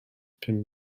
pum